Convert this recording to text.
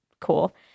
cool